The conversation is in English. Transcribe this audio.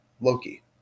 Loki